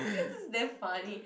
I feel this is damn funny